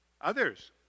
Others